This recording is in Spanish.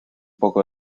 poco